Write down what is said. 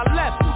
left